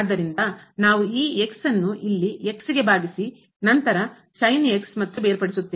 ಆದ್ದರಿಂದ ನಾವು ಈ ಇಲ್ಲಿ ಗೆ ಭಾಗಿಸಿ ನಂತರ ಮತ್ತು ಬೇರ್ಪಡಿಸುತ್ತೇವೆ